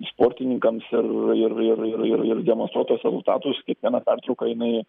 sportininkams ir ir ir ir ir ir demonstruot tuos rezultatus kiekvieną pertrauką jinai